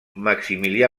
maximilià